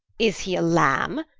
is he a lambe?